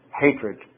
hatred